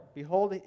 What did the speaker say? behold